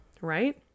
Right